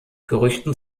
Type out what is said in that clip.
gerüchten